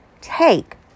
Take